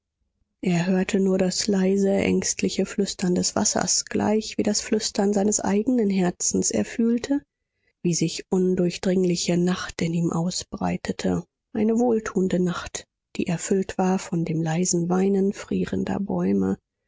er hörte nur das leise ängstliche flüstern des wassers gleich wie das flüstern seines eigenen herzens er fühlte wie sich undurchdringliche nacht in ihm ausbreitete eine wohltuende nacht die erfüllt war von dem leisen weinen frierender bäume